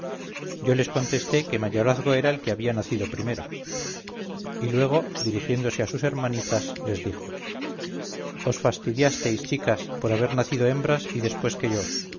yo les contesté que mayorazgo era el que había nacido primero y luego dirigiéndose a sus hermanitas les dijo os fastidiasteis chicas por haber nacido hembras y después que yo